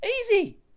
Easy